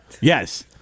Yes